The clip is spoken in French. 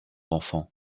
enfants